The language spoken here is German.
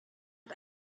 hat